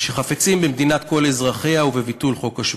שחפצים במדינת כל אזרחיה ובביטול חוק השבות,